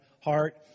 heart